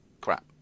crap